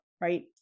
right